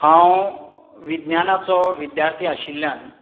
हांव विज्ञानाचो विद्यार्थी आशिल्ल्यान